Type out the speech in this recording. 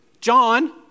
John